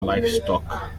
livestock